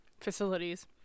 facilities